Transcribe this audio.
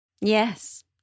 Yes